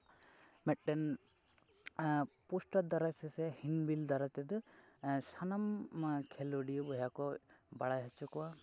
ᱢᱮᱫᱴᱮᱱ ᱯᱳᱥᱴᱟᱨ ᱫᱟᱨᱟᱭ ᱛᱮ ᱥᱮ ᱦᱮᱱᱰᱵᱤᱞ ᱫᱟᱨᱟᱭᱛᱮ ᱞᱟᱱᱟᱢ ᱠᱷᱮᱞᱳᱰᱤᱭᱟᱹ ᱵᱚᱭᱦᱟ ᱠᱚ ᱵᱟᱲᱟᱭ ᱦᱚᱪᱚ ᱠᱚᱣᱟ